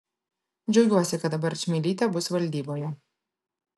džiaugiuosi kad dabar čmilytė bus valdyboje